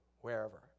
Wherever